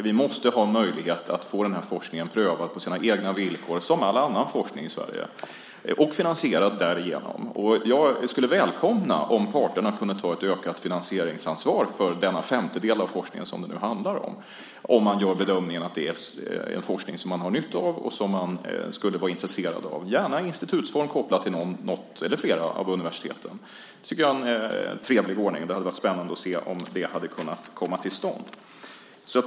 Vi måste ha möjlighet att få den här forskningen prövad på sina egna villkor, som all annan forskning i Sverige, och finansierad därigenom. Jag skulle välkomna om parterna kunde ta ett ökat finansieringsansvar för denna femtedel av forskningen som det nu handlar om, om man gör bedömningen att det är en forskning som man har nytta av och som man skulle vara intresserad av, gärna i institutsform kopplad till något eller flera av universiteten. Jag tycker att det är en trevlig ordning. Det hade varit spännande att se om det hade kunnat komma till stånd.